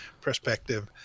perspective